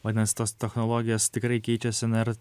vadinas tos technologijos tikrai keičiasi na ir